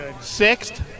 sixth